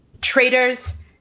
Traitors